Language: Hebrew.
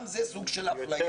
גם זה סוג של אפליה.